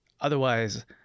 otherwise